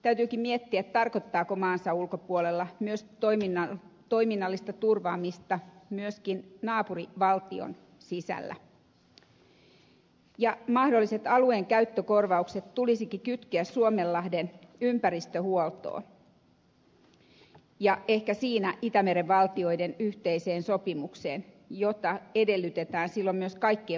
täytyykin miettiä tarkoittaako maansa ulkopuolella toiminnallista turvaamista myöskin naapurivaltion sisällä ja mahdolliset alueen käyttökorvaukset tulisikin kytkeä suomenlahden ympäristöhuoltoon ja ehkä siinä itämeren valtioiden yhteiseen sopimukseen jota edellytetään silloin myös kaikkien valtioiden noudattavan